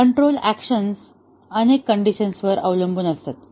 control action अनेक कंडिशनवर अवलंबून असू शकते